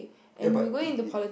ya but it it